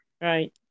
right